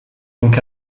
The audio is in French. donc